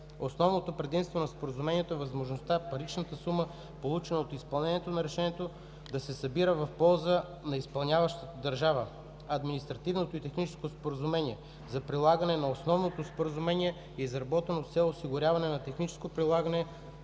Основното предимство на Споразумението е възможността паричната сума, получена от изпълнението на решението, да се събира в полза на изпълняващата държава. Административното и техническото споразумение за прилагане на Основното споразумение е изработено с цел осигуряване на техническото прилагане